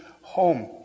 home